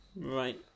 Right